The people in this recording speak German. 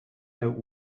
der